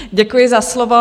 Děkuji za slovo.